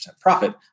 profit